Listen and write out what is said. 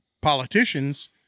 politicians